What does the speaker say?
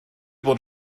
bod